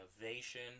innovation